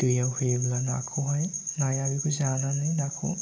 दैयाव होयोब्ला नाखौहाय नाया बेखौ जानानै नाखौ